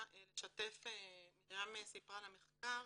מרים סיפרה על המחקר,